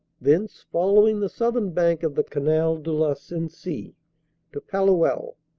thence following the southern bank of the canal de la sensee to palluel,